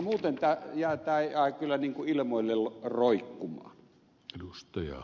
muuten tämä jää kyllä niin kuin ilmoille roikkumaan